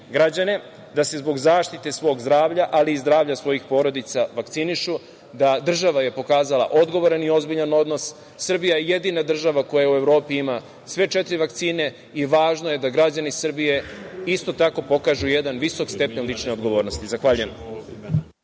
građane da se zbog zaštite svog zdravlja, ali i zdravlja svojih porodica, vakcinišu. Država je pokazala ozbiljan i odgovoran odnos, Srbija je jedina država koja u Evropi ima sve četiri vakcine i važno je da građani Srbije isto tako pokažu jedan visok stepen lične odgovornosti. Zahvaljujem.